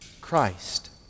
Christ